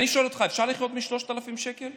אני שואל אותך: אפשר לחיות מ-3,000 שקל?